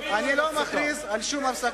אני לא מכריז על שום הפסקה.